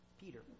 Peter